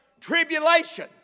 tribulation